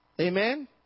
Amen